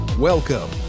Welcome